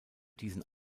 diesen